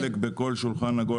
--- נשמח ליטול חלק בכל שולחן עגול.